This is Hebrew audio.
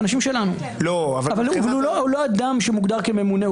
אנשים שלנו אבל הוא לא אדם שמוגדר כממונה.